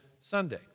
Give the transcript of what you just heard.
Sunday